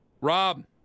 Rob